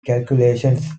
calculations